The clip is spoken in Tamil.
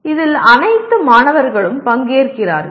இதில் அனைத்து மாணவர்களும் பங்கேற்கிறார்கள்